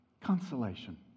Consolation